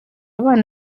abana